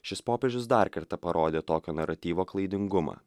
šis popiežius dar kartą parodė tokio naratyvo klaidingumą